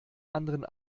anderen